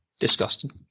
disgusting